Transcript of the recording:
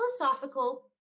philosophical